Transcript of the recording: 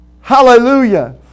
hallelujah